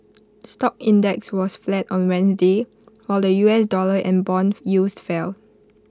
stock index was flat on Wednesday while the U S dollar and Bond yields fell